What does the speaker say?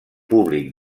públic